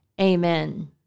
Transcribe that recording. amen